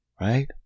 right